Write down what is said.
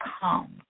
come